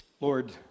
Lord